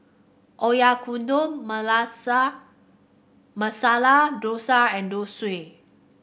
Oyakodon Malasa Masala Dosa and Zosui